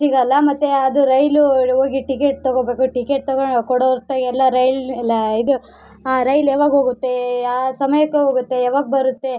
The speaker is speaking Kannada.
ಸಿಗೋಲ್ಲ ಮತ್ತೆ ಅದು ರೈಲು ಹೋಗಿ ಟಿಕೆಟ್ ತೊಗೋ ಬೇಕು ಟಿಕೆಟ್ ತೊಗೋ ಕೊಡೊಂಥ ಎಲ್ಲ ರೈಲು ಲ ಇದು ರೈಲು ಯಾವಾಗ ಹೋಗುತ್ತೆ ಯಾವ ಸಮಯಕ್ಕೆ ಹೋಗುತ್ತೆ ಯಾವಾಗ ಬರುತ್ತೆ